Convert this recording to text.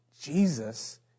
Jesus